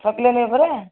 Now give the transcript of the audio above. ଛଅ କିଲୋ ନେବେ ପରା